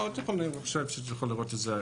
לא, אני חושב שאתה יכול לראות את זה.